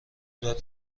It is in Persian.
داد